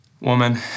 Woman